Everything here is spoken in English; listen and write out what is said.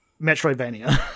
metroidvania